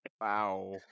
Wow